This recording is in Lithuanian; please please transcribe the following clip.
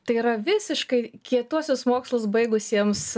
tai yra visiškai kietuosius mokslus baigusiems